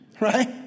right